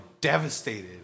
devastated